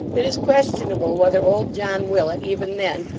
it is questionable whether old john willet, even then,